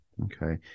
Okay